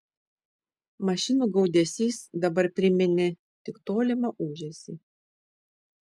mašinų gaudesys dabar priminė tik tolimą ūžesį